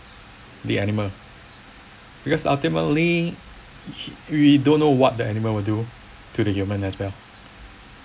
the animal because ultimately we don't know what the animal will do to the human as well